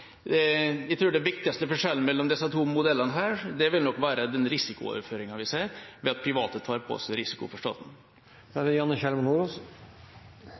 Jeg tror at den viktigste forskjellen mellom disse to modellene vil nok være den risikooverføringa vi ser ved at private tar på seg risiko for